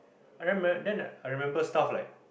i rem~ then I remember stuff like